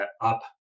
up